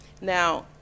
Now